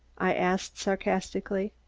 i asked sarcastically.